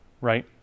right